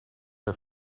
der